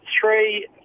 three